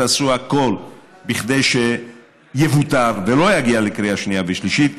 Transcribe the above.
תעשו הכול בכדי שיבוטל ולא יגיע לקריאה שנייה ושלישית.